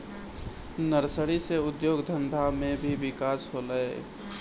nursery से उद्योग धंधा मे भी बिकास होलै